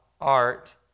art